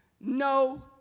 no